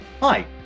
Hi